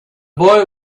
boy